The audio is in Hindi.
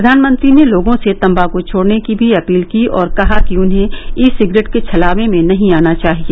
प्रधानमंत्री ने लोगों से तम्बाक छोडने की भी अपील की और कहा कि उन्हें ई सिगरेट के छलावे में नहीं आना चाहिए